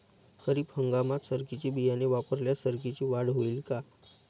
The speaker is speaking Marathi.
खरीप हंगामात सरकीचे बियाणे वापरल्यास सरकीची वाढ होईल का?